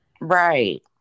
right